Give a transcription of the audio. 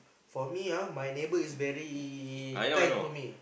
for me ah my neighbor is very kind to me